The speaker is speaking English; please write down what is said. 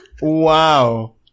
Wow